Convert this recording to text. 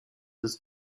ist